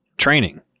Training